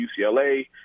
UCLA